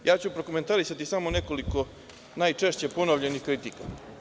Ja ću prokomentarisati samo nekoliko najčešće ponovljenih kritika.